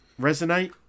resonate